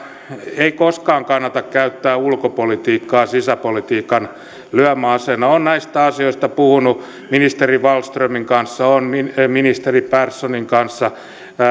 ei koskaan kannata käyttää ulkopolitiikkaa sisäpolitiikan lyömäaseena olen näistä asioista puhunut ministeri wallströmin kanssa ministeri perssonin kanssa